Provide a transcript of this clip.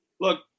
look